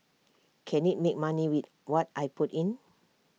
can IT make money with what I put in